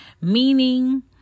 meaning